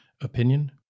opinion